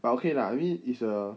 but okay lah I mean it's a